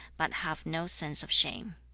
but have no sense of shame.